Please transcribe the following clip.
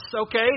okay